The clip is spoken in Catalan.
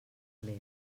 més